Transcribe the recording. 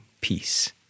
peace